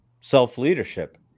self-leadership